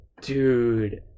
dude